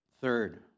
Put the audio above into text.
Third